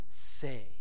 say